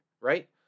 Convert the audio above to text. right